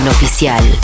Oficial